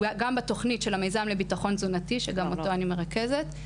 גם בתוכנית של המיזם לביטחון תזונתי שגם אותו אני מרכזת,